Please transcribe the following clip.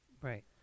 Right